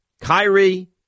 Kyrie